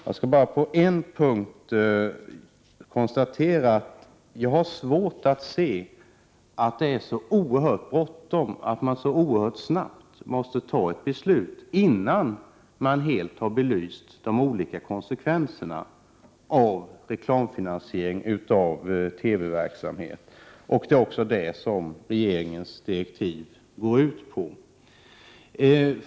Jag skall bara göra ett konstaterande — jag har svårt att se att man måste fatta ett beslut så oerhört snabbt att det måste ske innan man helt har belyst de olika konsekvenserna av reklamfinansiering av TV-verksamhet. Det är också det som regeringens direktiv går ut på.